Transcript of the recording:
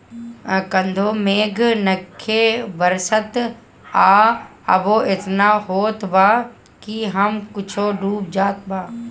कबो मेघ नइखे बरसत आ कबो एतना होत बा कि सब कुछो डूब जात बा